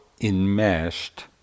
enmeshed